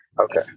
Okay